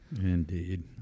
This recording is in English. indeed